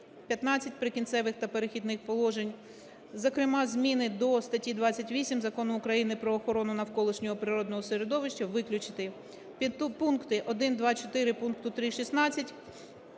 3.15 "Прикінцевих та перехідних положень", зокрема зміни до статті 28 Закону України "Про охорону навколишнього природного середовища", виключити. Підпункти 1, 2, 4 пункту 3.16